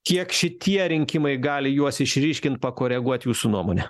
kiek šitie rinkimai gali juos išryškint pakoreguot jūsų nuomone